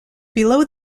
below